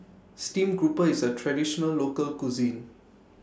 Stream Grouper IS A Traditional Local Cuisine